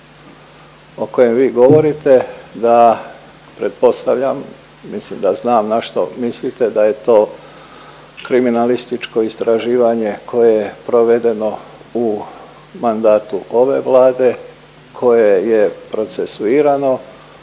o kojem vi govorite ja pretpostavljam, mislim da znam na što mislite da je to kriminalističko istraživanje koje je provedeno u mandatu ove Vlade, koje je procesuirano